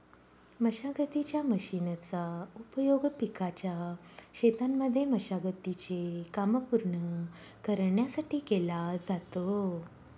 मशागतीच्या मशीनचा उपयोग पिकाच्या शेतांमध्ये मशागती चे काम पूर्ण करण्यासाठी केला जातो